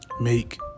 make